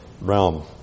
realm